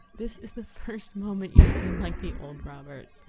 this is the first moment you have seemed like the old robert.